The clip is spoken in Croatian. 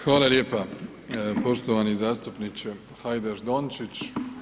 Hvala lijepa, poštovani zastupniče Hajdaš Dončić.